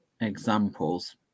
examples